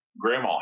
grandma